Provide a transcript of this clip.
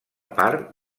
part